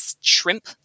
shrimp